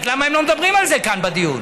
למה הם לא מדברים על זה כאן בדיון,